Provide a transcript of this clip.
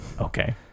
Okay